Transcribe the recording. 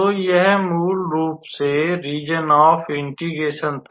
तो यह मूल रूप से रीज़न ऑफ इंटिग्रेशन था